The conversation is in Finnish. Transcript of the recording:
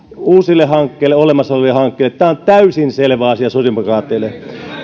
uusille hankkeille olemassa oleville hankkeille tämä on täysin selvä asia sosiaalidemokraateille